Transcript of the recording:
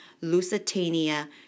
Lusitania